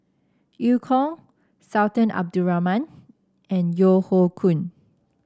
Eu Kong Sultan Abdul Rahman and Yeo Hoe Koon